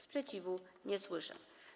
Sprzeciwu nie słyszę.